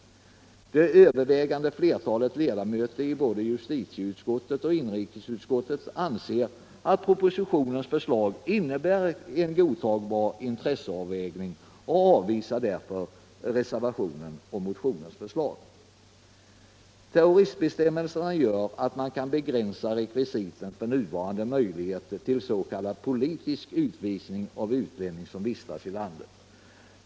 Det övervägande flertalet ledamöter i både justitieutskottet och inrikesutskottet anser att propositionens förslag innebär en godtagbar intresseavvägning och avvisar därför motionens och reservationens förslag. Terroristbestämmelserna gör att man kan begränsa rekvisiten för nuvarande möjlighet till s.k. politisk utvisning av utlänning som vistas i landet.